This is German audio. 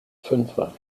fünfer